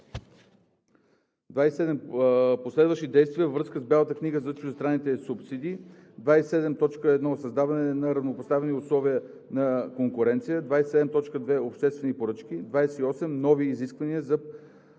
27.1 Създаване на равнопоставени условия на конкуренция. 27.2 Обществени поръчки. 28. Нови изисквания за